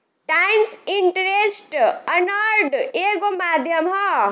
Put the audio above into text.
times interest earned एगो माध्यम ह